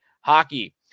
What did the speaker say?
hockey